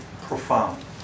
profound